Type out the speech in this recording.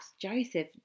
Joseph